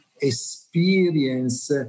experience